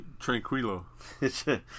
Tranquilo